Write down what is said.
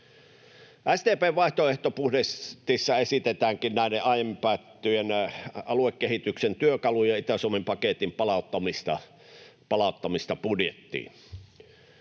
SDP:n vaihtoehtobudjetissa esitetäänkin näiden aiemmin päätettyjen aluekehityksen työkalujen ja Itä-Suomi-paketin palauttamista budjettiin.